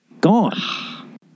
gone